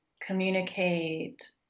communicate